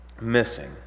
missing